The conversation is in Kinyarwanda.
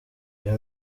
iyo